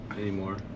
anymore